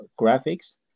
graphics